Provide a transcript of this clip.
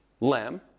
lamb